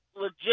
legit